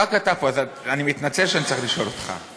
רק אתה פה, אז אני מתנצל שאני צריך לשאול אותך.